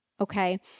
okay